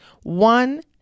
One